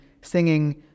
singing